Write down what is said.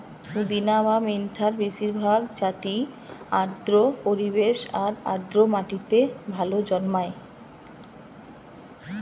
পুদিনা বা মেন্থার বেশিরভাগ জাতিই আর্দ্র পরিবেশ আর আর্দ্র মাটিরে ভালা জন্মায়